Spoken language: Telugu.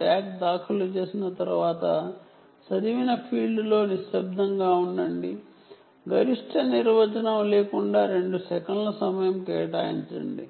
ట్యాగ్ రీడ్ ఫీల్డ్ ని విడిచి పెట్టిన తర్వాత గరిష్ట నిర్వచనం లేకుండా 2 సెకన్ల సమయం వరకు ఉంటుంది